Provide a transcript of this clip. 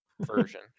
version